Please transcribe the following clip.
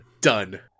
Done